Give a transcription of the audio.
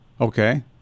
Okay